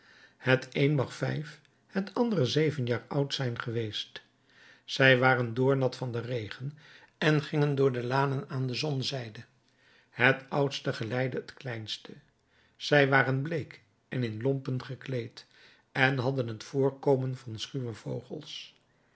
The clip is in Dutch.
het een mag vijf het andere zeven jaar oud zijn geweest zij waren doornat van den regen en gingen door de lanen aan de zonzijde het oudste geleidde het kleinste zij waren bleek en in lompen gekleed en hadden t voorkomen van schuwe vogels